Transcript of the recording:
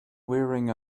wearing